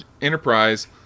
Enterprise